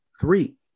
Three